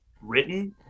written